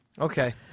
Okay